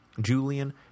Julian